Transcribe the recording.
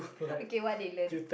okay what they learn